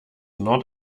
not